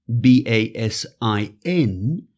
B-A-S-I-N